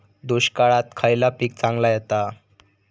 दुष्काळात खयला पीक चांगला येता?